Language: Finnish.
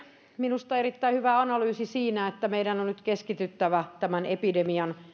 minusta on erittäin hyvä analyysi että meidän on nyt keskityttävä tämän epidemian